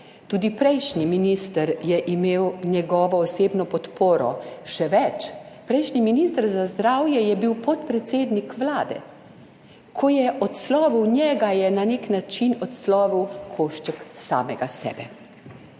Tudi prejšnji minister je imel njegovo osebno podporo. Še več, prejšnji minister za zdravje je bil podpredsednik Vlade, ko je odslovil njega je na nek način odslovil košček samega sebe.